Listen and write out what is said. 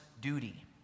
duty